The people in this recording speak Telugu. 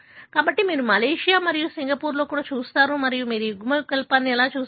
కాబట్టి మీరు మలేషియా మరియు సింగపూర్లో కూడా చూస్తారు మరియు మీరు ఈ యుగ్మవికల్పాన్ని ఎలా చూస్తారు